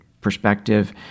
perspective